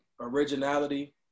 originality